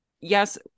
yes